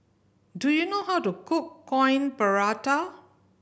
do you know how to cook Coin Prata